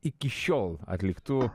iki šiol atliktų